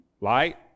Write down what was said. light